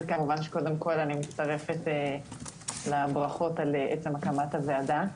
כמובן שקודם כל אני מצטרפת לברכות על עצם הקמת הוועדה.